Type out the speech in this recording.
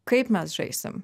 kaip mes žaisim